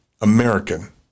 American